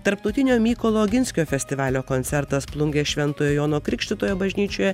tarptautinio mykolo oginskio festivalio koncertas plungės šventojo jono krikštytojo bažnyčioje